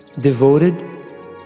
devoted